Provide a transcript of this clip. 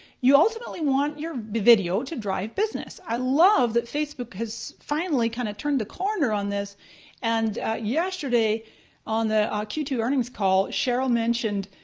you ultimately want your video to drive business. i love that facebook has finally kind of turned the corner on this and yesterday on the ah q two earnings call, sheryl mentioned